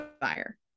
fire